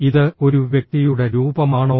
ഇത് ഒരു വ്യക്തിയുടെ രൂപമാണോ